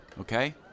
okay